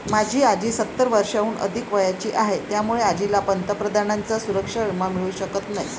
माझी आजी सत्तर वर्षांहून अधिक वयाची आहे, त्यामुळे आजीला पंतप्रधानांचा सुरक्षा विमा मिळू शकत नाही